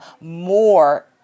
more